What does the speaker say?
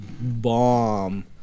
bomb